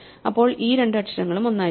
അപ്പോൾ ഈ രണ്ട് അക്ഷരങ്ങളും ഒന്നായിരിക്കണം